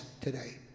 today